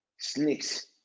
snakes